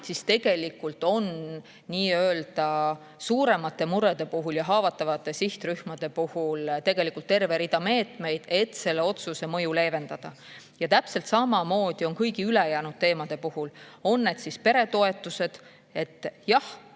on tegelikult nii-öelda suuremate murede ja haavatavate sihtrühmade puhul terve rida meetmeid, et selle otsuse mõju leevendada. Täpselt samamoodi on kõigi ülejäänud teemade puhul, olgu need [näiteks] peretoetused. Jah,